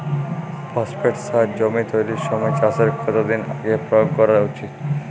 Phosphate সার জমি তৈরির সময় চাষের কত দিন আগে প্রয়োগ করা উচিৎ?